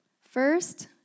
First